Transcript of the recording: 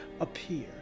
appear